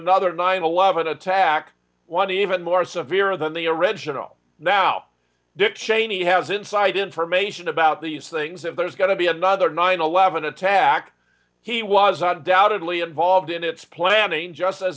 another nine eleven attack one even more severe than the original now dick cheney has inside information about these things if there's going to be another nine eleven attack he was odd out of lee involved in its planning just